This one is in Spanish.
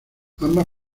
ambas